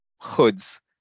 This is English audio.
hoods